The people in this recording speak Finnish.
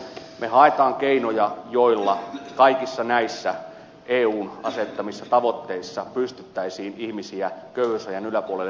me haemme keinoja joilla kaikissa näissä eun asettamissa tavoitteissa pystyttäisiin ihmisiä nostamaan köyhyysrajan yläpuolelle